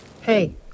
Hey